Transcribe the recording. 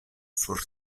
sur